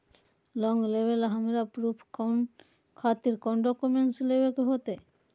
Loan लेबे ला हमरा प्रूफ खातिर कौन डॉक्यूमेंट देखबे के होतई?